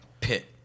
Pit